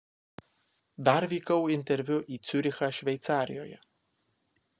dar vykau interviu į ciurichą šveicarijoje